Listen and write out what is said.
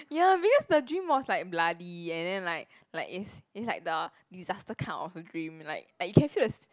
ya because the dream was like bloody and then like like it's it's like the disaster kind of a dream like like you can feel the s~